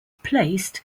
placed